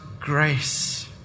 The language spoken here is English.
grace